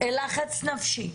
לחץ נפשי.